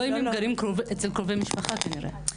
לא אם הם גרים אצל קרובי משפחה כנראה.